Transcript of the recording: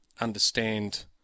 understand